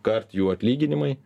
kart jų atlyginimai